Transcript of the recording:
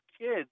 kids